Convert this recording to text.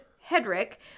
Hedrick